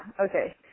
okay